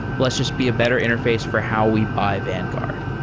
let's just be a better interface for how we buy vanguard.